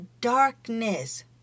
darkness